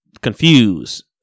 confused